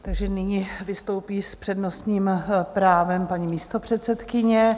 Takže nyní vystoupí s přednostním právem paní místopředsedkyně.